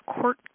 court